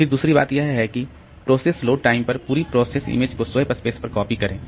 फिर दूसरी बात यह है कि प्रोसेस लोड टाइम पर पूरी प्रोसेस इमेज को स्वैप स्पेस पर कॉपी करें